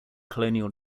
colonial